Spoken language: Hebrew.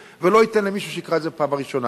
ולא ייתן את זה למישהו שיקרא את זה בפעם הראשונה.